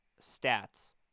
Stats